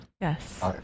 Yes